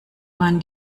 man